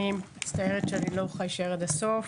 אני מצטערת שאני לא יכולה להישאר עד הסוף.